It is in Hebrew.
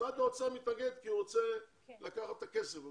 משרד האוצר מתנגד כי הוא רוצה לקחת את הכסף.